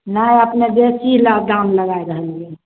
नहि अपने बेसी दाम लगाइ रहलियै हँ